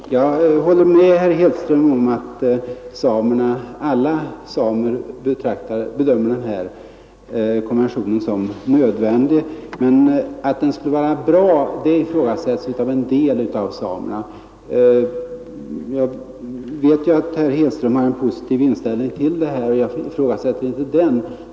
Herr talman! Jag håller med herr Hedström om att alla samer bedömer konventionen som nödvändig, men att den skulle vara bra ifrågasätts av en del samer. Jag vet att herr Hedström har en positiv inställning, och jag ifrågasätter inte den.